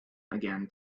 again